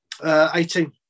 18